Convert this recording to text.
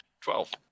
twelve